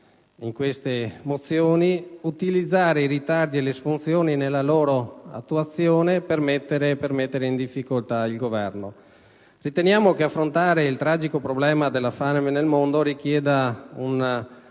non si vogliano utilizzare i ritardi e le disfunzioni nella loro attuazione per mettere in difficoltà il Governo. Riteniamo che affrontare il tragico problema della fame nel mondo richieda un